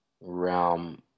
realm